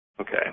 Okay